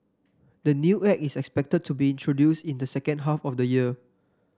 the new Act is expected to be introduced in the second half of the year